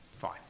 fine